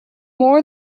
more